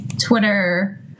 Twitter